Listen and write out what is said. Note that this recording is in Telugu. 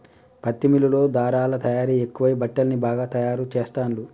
పత్తి మిల్లుల్లో ధారలా తయారీ ఎక్కువై బట్టల్ని బాగా తాయారు చెస్తాండ్లు